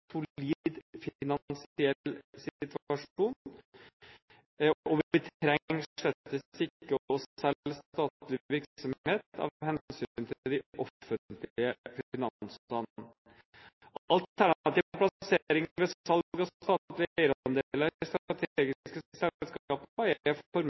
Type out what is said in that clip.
solid finansiell situasjon, og vi trenger slett ikke å selge statlig virksomhet av hensyn til de offentlige finansene. Alternativ plassering ved salg av